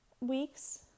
weeks